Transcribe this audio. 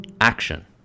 action